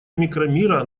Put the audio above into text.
микромира